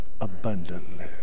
abundantly